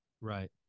right